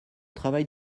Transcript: travail